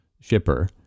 shipper